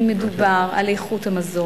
אם מדובר על איכות המזון,